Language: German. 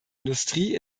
industrie